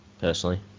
personally